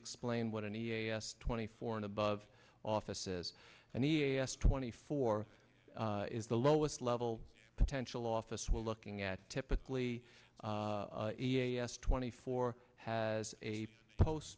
explain what i need twenty four and above offices and e a s twenty four is the lowest level potential office we're looking at typically e a s twenty four has a post